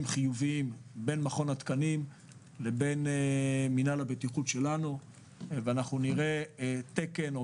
חיוביים בין מכון התקנים לבין מנהל הבטיחות שלנו ונראה תקן או